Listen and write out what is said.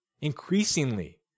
increasingly